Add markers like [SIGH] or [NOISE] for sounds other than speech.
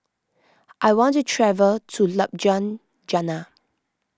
I want to travel to [UNINTELLIGIBLE]